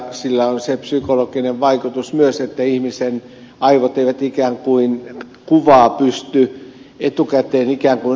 sillä on se psykologinen vaikutus myös että ihmisen aivot eivät kuvaa pysty etukäteen ikään kuin arvioimaan